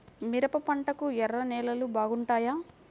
మిరప పంటకు ఎర్ర నేలలు బాగుంటాయా?